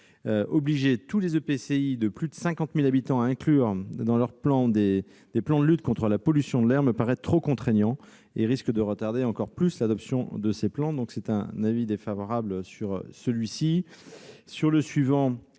Obliger tous les EPCI de plus de 50 000 habitants à inclure dans leur PCAET des plans de lutte contre la pollution de l'air me paraît trop contraignant et risque de retarder encore davantage l'adoption de ces plans. L'avis est défavorable. En ce qui